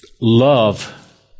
love